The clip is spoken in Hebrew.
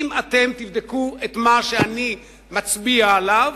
אם אתם תבדקו את מה שאני מצביע עליו,